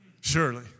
Surely